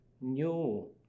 new